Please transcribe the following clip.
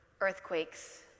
earthquakes